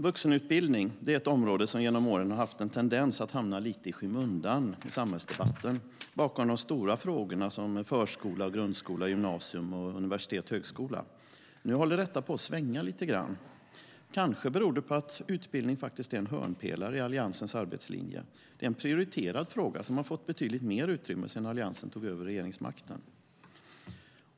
Vuxenutbildning är ett område som genom åren har haft en tendens att hamna lite i skymundan i samhällsdebatten bakom de stora frågorna som förskola, grundskola, gymnasium, universitet och högskola. Nu håller detta på att svänga lite grann. Det beror kanske på att utbildning faktiskt är en hörnpelare i Alliansens arbetslinje. Det är en prioriterad fråga som fått betydligt mer utrymme sedan Alliansen tog över regeringsmakten.